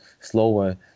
slower